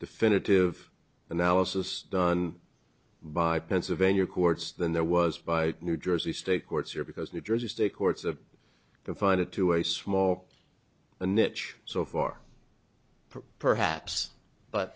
definitive analysis done by pennsylvania courts than there was by new jersey state courts here because new jersey state courts of the find it to a small niche so far perhaps but